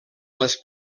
les